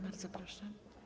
Bardzo proszę.